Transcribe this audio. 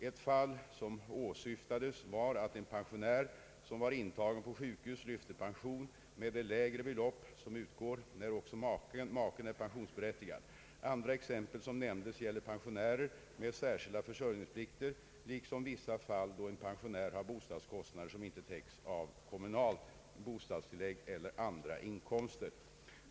Ett fall som åsyftades var att en pensionär som var intagen på sjukhus lyfte pension med det lägre belopp som utgår när också maken är pensionsberättigad. Andra exempel som nämndes gällde pensionärer med särskilda försörjningsplikter liksom vissa fall då en pensionär har bostadskostnader som inte täcks av kommunalt bostadstillägg eller andra inkomster.